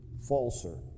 falser